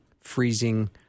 freezing